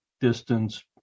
distance